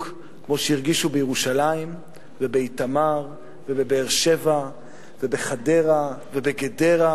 כמו שהרגישו בירושלים ובאיתמר ובבאר-שבע ובחדרה ובגדרה.